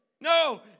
No